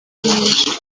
menshi